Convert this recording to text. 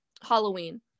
Halloween